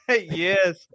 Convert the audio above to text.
Yes